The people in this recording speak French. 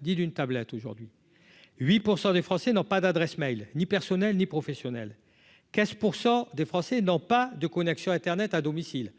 dis d'une tablette aujourd'hui 8 % 100 des Français n'ont pas d'adresse Mail ni personnel ni professionnel 15 pour 100 des Français n'ont pas de connexion internet à domicile